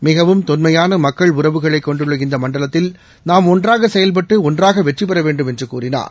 மிகவும் தொன்மையான மக்கள் உறவுகளை கொண்டுள்ள இந்த மண்டலத்தில் நாம் ஒன்றாக செயல்பட்டு ஒன்றாக வெற்றிபெற வேண்டும் என்று கூறினார்